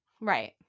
Right